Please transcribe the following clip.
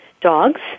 dogs